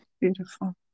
Beautiful